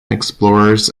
explorers